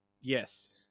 yes